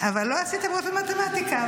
------- אין לי בגרות במתמטיקה.